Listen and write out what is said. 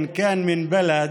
אפילו אם הוא מיישוב